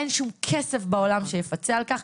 אין שום כסף בעולם שיפצה על כך,